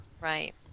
Right